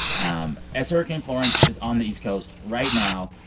um as hurricane florence is on the east coast right now,